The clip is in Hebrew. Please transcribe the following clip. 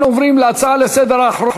אנחנו עוברים להצעה לסדר-היום